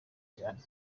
cyane